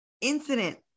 incident